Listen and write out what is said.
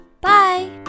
Bye